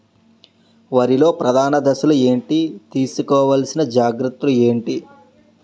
వరిలో ప్రధాన దశలు ఏంటి? తీసుకోవాల్సిన జాగ్రత్తలు ఏంటి?